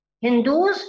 Hindus